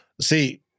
see